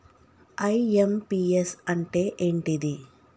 IMPS అంటే ఏంటిది?